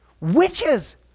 Witches